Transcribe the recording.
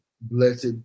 Blessed